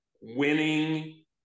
winning